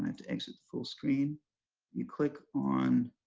and to exit the full screen you click on